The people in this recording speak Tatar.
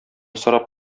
сорап